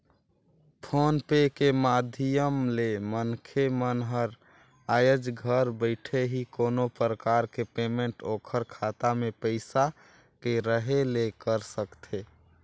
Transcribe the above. phone पे के माधियम ले मनखे मन हर आयज घर बइठे ही कोनो परकार के पेमेंट ओखर खाता मे पइसा के रहें ले कर सकथे